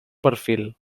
perfil